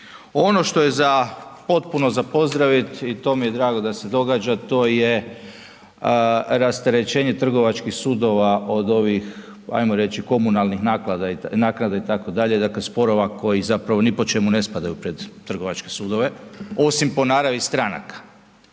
Ono što je potpuno za pozdravit i to mi je drago da se događa, to je rasterećenje trgovačkih sudova od ovih ajmo reći, komunalnih naknada itd., dakle sporova koji zapravo ni po čemu ne spadaju pred trgovačke sudove osim po naravi stranaka.